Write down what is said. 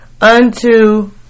unto